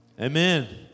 Amen